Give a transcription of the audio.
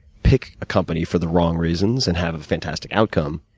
pick a company for the wrong reasons, and have a fantastic outcome.